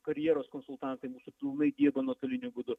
karjeros konsultantai mūsų pilnai nuotoliniu būdu